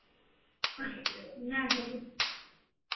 नहि चलू